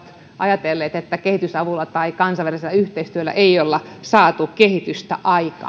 ajatelleet että kehitysavulla tai kansainvälisellä yhteistyöllä ei olla saatu kehitystä